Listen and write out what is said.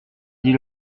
dit